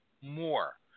more